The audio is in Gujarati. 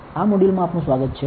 આ મોડ્યુલ મા આપનું સ્વાગત છે